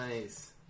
Nice